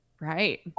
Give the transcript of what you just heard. right